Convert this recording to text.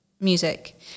music